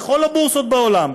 בכל הבורסות בעולם.